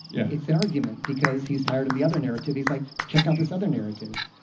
yeah it's an argument because he's tired of the other narrative. he's like, check out this other narrative.